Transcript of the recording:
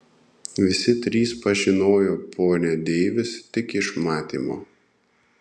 visi trys pažinojo ponią deivis tik iš matymo